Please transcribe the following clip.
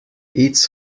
its